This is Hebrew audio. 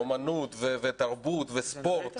האומנות ותרבות וספורט,